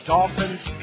Dolphins